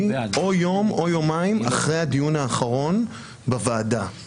יום או יומיים אחרי הדיון האחרון בוועדה.